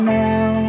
now